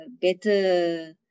better